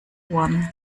one